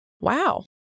wow